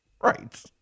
right